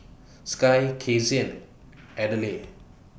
Skye Kasie and Adelaide